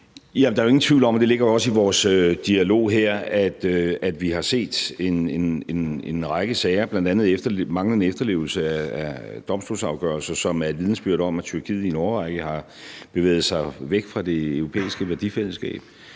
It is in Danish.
Der er jo ingen tvivl om, og det ligger også i vores dialog her, at vi har set en række sager, bl.a. manglende efterlevelse af domstolsafgørelser, som er et vidnesbyrd om, at Tyrkiet i en årrække har bevæget sig væk fra det europæiske værdifællesskab.